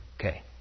Okay